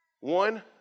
One